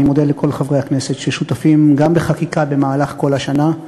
אני מודה לכל חברי הכנסת ששותפים בחקיקה במהלך כל השנה,